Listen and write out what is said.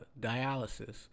dialysis